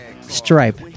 stripe